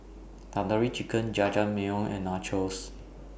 Tandoori Chicken Jajangmyeon and Nachos